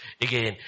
Again